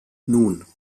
nun